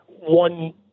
one